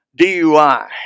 DUI